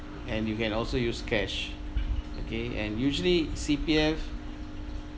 and you can also use cash okay and usually C_P_F